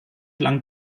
lang